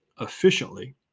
efficiently